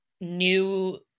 new